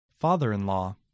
Father-in-law